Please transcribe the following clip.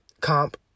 comp